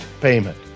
payment